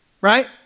right